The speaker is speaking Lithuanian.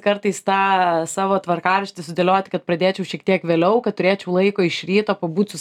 kartais tą savo tvarkaraštį sudėliot kad pradėčiau šiek tiek vėliau kad turėčiau laiko iš ryto pabūti su